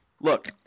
look